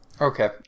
Okay